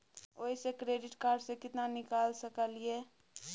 ओयसे credit card से केतना निकाल सकलियै?